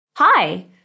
Hi